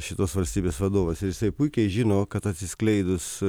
šitos valstybės vadovas visai puikiai žino kad atsiskleidus